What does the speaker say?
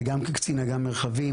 וגם קצין אג"ם מרחבי,